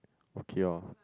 okay loh